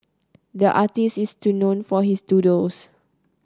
the artist is known for his doodles